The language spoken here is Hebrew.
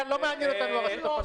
כאן לא מעניין אותנו הרשות הפלסטינית.